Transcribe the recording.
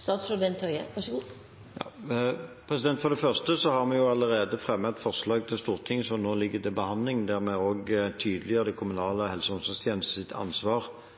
For det første har vi allerede fremmet et forslag til Stortinget som nå ligger til behandling, der vi også tydeliggjør de kommunale helse- og omsorgstjenestenes ansvar for barn som er plassert utenfor hjemmet etter barnevernsloven. Mange av barnevernsinstitusjonene er svært små, og det